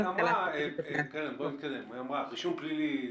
היא אמרה: בודקים רישום פלילי.